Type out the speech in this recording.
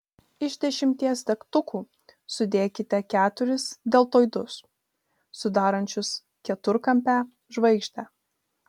iš dešimties degtukų sudėkite keturis deltoidus sudarančius keturkampę žvaigždę